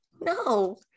no